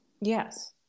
yes